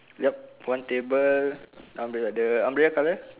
ya one table umbrella the umbrella colour